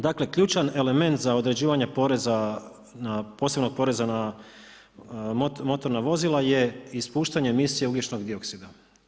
Dakle ključan element za određivanje posebnog poreza na motorna vozila je ispuštanje emisije ugljičnog dioksida.